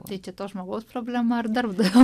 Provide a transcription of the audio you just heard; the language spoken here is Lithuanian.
tai kito žmogaus problema ar darbdavio